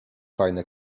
fajne